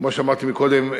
כמו שאמרתי קודם,